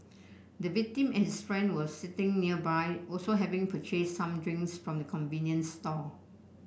the victim and his friend were sitting nearby also having purchased some drinks from the convenience store